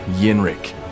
Yenrik